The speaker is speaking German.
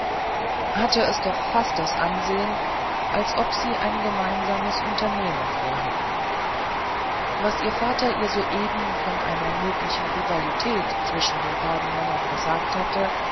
hatte es doch fast das ansehen als ob sie ein gemeinsames unternehmen vorhätten was ihr vater ihr soeben von einer möglichen rivalität zwischen den beiden männern gesagt hatte